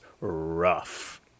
rough